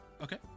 Okay